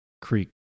Creek